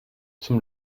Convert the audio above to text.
zum